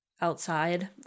outside